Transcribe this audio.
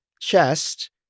chest